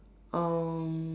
um